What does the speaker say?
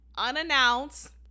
unannounced